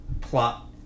plot